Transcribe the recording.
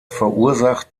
verursacht